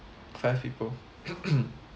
five people